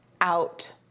out